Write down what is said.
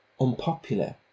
unpopular